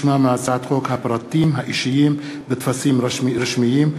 שמה מהצעת חוק הפרטים האישיים בטפסים רשמיים,